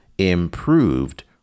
Improved